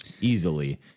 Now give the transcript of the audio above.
easily